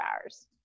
hours